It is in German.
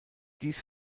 dies